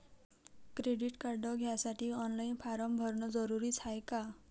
Credit card घ्यासाठी online form भरन जरुरीच हाय का?